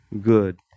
good